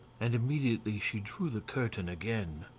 and immediately she drew the curtain again.